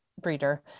breeder